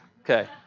Okay